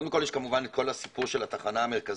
קודם כול יש כמובן את כול הסיפור של התחנה המרכזית.